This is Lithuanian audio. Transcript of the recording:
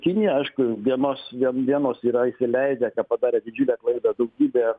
kinija aišku vienos vie vienos yra įsileidę ten padarę didžiulę klaidą daugybę